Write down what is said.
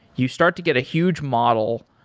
you start to get a huge model.